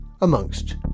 amongst